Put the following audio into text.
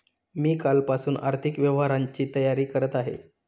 मी कालपासून आर्थिक व्यवहारांची तयारी करत आहे